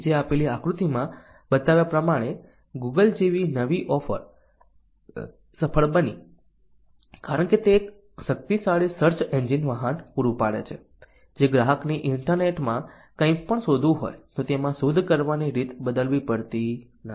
નીચે આપેલા આકૃતિમાં બતાવ્યા પ્રમાણે ગૂગલ જેવી નવી ઓફર સફળ બની કારણ કે તે એક શક્તિશાળી સર્ચ એન્જિન વાહન પૂરું પાડે છે જે ગ્રાહકની ઇન્ટરનેટ માં કઈ પણ શોધવું હોય તો તેમાં શોધ કરવાની રીત બદલવી પડતી નથી